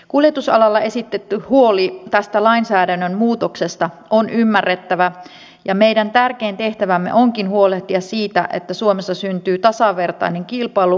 kuljetusalalla esitetty huoli tästä lainsäädännön muutoksesta on ymmärrettävä ja meidän tärkein tehtävämme onkin huolehtia siitä että suomessa syntyy tasavertainen kilpailu koko kuljetusalalle